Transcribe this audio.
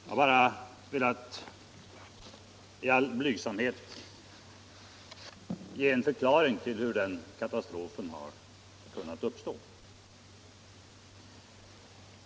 Jag har bara i all blygsamhet velat ge en förklaring till hur den katastrofen har kunnat inträffa.